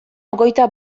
hogeita